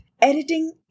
Editing